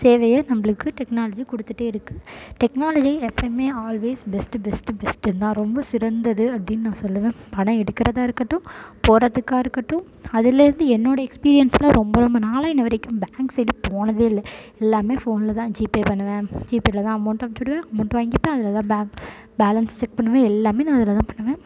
சேவையை நம்மளுக்கு டெக்னாலஜி கொடுத்துட்டே இருக்குது டெக்னாலஜி எப்பமே ஆல்வேஸ் பெஸ்ட்டு பெஸ்ட்டு பெஸ்ட்டு தான் ரொம்ப சிறந்தது அப்படினு நான் சொல்லுவேன் பணம் எடுக்கிறதா இருக்கட்டும் போடுறத்துக்கா இருக்கட்டும் அதில் இருந்து என்னோடய எக்ஸ்பீரியன்ஸ்சில் ரொம்ப ரொம்ப நானெல்லாம் இன்னி வரைக்கும் பேங்க் சைடு போனதே இல்லை எல்லாமே ஃபோனில் தான் ஜிபே பண்ணுவேன் ஜிபேயில் தான் அமௌண்ட்டு அமுச்சு விடுவேன் அமௌண்ட்டு வாங்கிப்பேன் அதில் தான் பேங்க் பேலன்ஸு செக் பண்ணுவேன் எல்லாமே நான் அதில் தான் பண்ணுவேன்